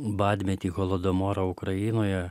badmetį holodomorą ukrainoje